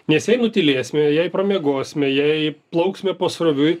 nes jei nutylėsime jei pramiegosime jei plauksime pasroviui